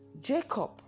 Jacob